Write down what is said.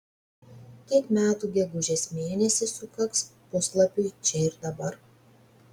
kiek metų gegužės mėnesį sukaks puslapiui čia ir dabar